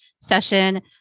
session